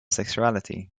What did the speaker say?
sexuality